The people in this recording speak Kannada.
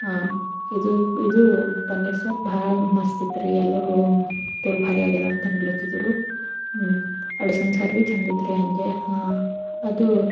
ಹಾಂ ಇದು ಇದೂ ಪನ್ನೀರ್ ಸಾರು ಭಾಳ ಮಸ್ತಿತ್ರೀ ಎಲ್ಲರೂ ತೋಲ್ ಭಾರಿಯಾಗ್ಯದಂತೆ ಅನ್ಲತ್ತಿದ್ರು ಹ್ಞೂಂ ಅಳಸನ ಸಾರು ಭೀ ಚೆಂದಿತ್ರಿ ಹಂಗೆ ಹಾಂ ಅದೂ